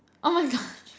oh my gosh